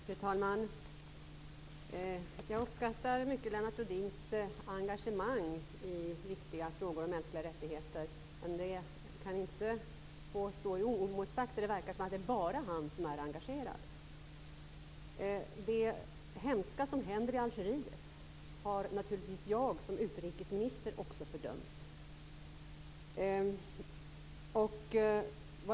Fru talman! Jag uppskattar mycket Lennart Rohdins engagemang i viktiga frågor om mänskliga rättigheter, men han kan inte få stå oemotsagd när han ger intryck av att det bara är han som är engagerad. Det hemska som händer i Algeriet har naturligtvis också jag som utrikesminister fördömt.